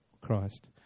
Christ